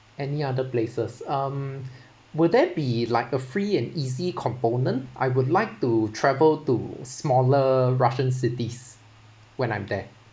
any other places um would there be like a free and easy component I would like to travel to smaller russian cities when I'm there